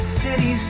city